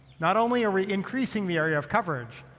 not only are we increasing the area of coverage,